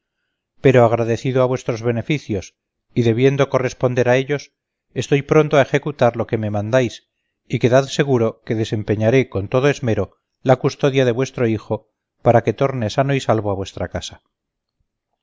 pero agradecido a vuestros beneficios y debiendo corresponder a ellos estoy pronto a ejecutar lo que me mandáis y quedad seguro que desempeñaré con todo esmero la custodia de vuestro hijo para que torne sano y salvo a vuestra casa